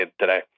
today